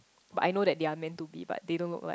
but I know that they are meant to be but they don't look like